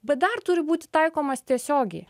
bet dar turi būti taikomas tiesiogiai